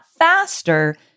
Faster